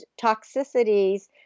toxicities